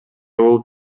болуп